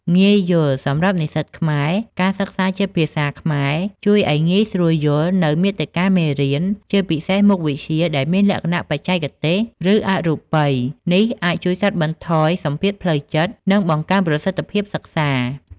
ងាយយល់ សម្រាប់និស្សិតខ្មែរ ការសិក្សាជាភាសាខ្មែរជួយឱ្យងាយស្រួលយល់នូវមាតិកាមេរៀន ជាពិសេសមុខវិជ្ជាដែលមានលក្ខណៈបច្ចេកទេស ឬអរូបី។ នេះអាចជួយកាត់បន្ថយសម្ពាធផ្លូវចិត្ត និងបង្កើនប្រសិទ្ធភាពសិក្សា។